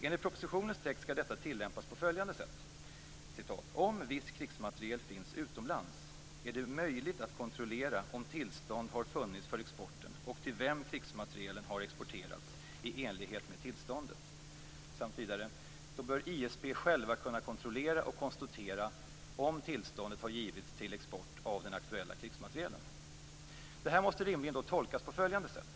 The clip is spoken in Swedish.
Enligt propositionens text skall detta tillämpas på följande sätt: Om viss krigsmateriel finns utomlands är det möjligt att kontrollera om tillstånd har funnits för exporten och till vem krigsmaterielen har exporterats i enlighet med tillståndet. Vidare står det: Då bör ISP självt kunna kontrollera och konstatera om tillståndet har givits till export av den aktuella krigsmaterielen. Detta måste rimligen tolkas på följande sätt.